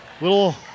Little